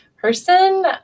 person